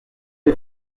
les